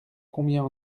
combien